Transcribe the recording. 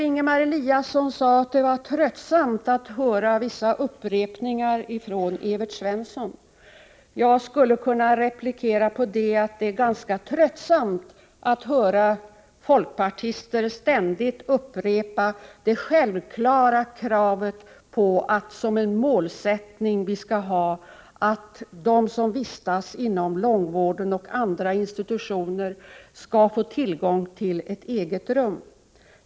Ingemar Eliasson sade att det var tröttsamt att höra vissa upprepningar från Evert Svensson. Jag skulle kunna replikera på detta och säga att det är ganska tröttsamt att ständigt höra folkpartister upprepa det självklara kravet på att vi som en målsättning skall ha att de som vistas inom långvården och andra institutioner skall få tillgång till ett eget rum.